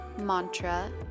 Mantra